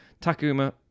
Takuma